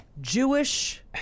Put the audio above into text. Jewish